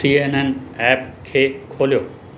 C N N app खे खोलियो